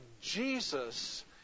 Jesus